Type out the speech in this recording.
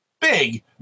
big